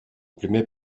primer